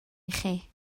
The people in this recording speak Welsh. ichi